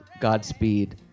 Godspeed